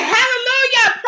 Hallelujah